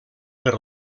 per